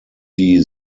die